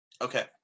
Okay